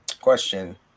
Question